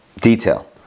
Detail